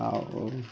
ଆଉ